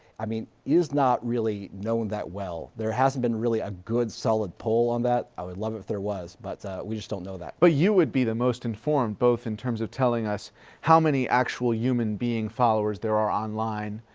i mean, it is not really known that well, there hasn't been really a good solid poll on that. i would love it if there was, but we just don't know that. heffner but you would be the most informed both in terms of telling us how many actual human being followers there are online.